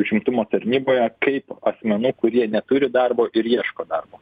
užimtumo tarnyboje kaip asmenų kurie neturi darbo ir ieško darbo